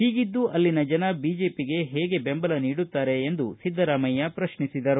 ಹೀಗಿದ್ದೂ ಅಲ್ಲಿನ ಜನ ಬಿಜೆಪಿಗೆ ಹೇಗೆ ಬೆಂಬಲ ನೀಡುತ್ತಾರೆ ಎಂದು ಸಿದ್ದರಾಮಯ್ಯ ಪ್ರಶ್ನಿಸಿದರು